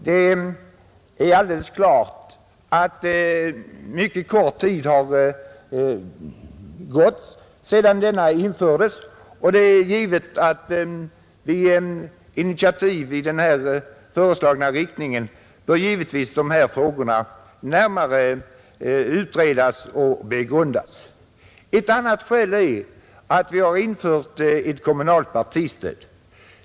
Det är alldeles klart att mycket kort tid har gått sedan denna infördes, och innan initiativ tas i den föreslagna riktningen bör givetvis dessa frågor närmare utredas och begrundas. Ett annat skäl är att vi har infört ett kommunalt partistöd.